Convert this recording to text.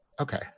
Okay